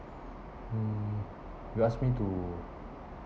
mm you ask me to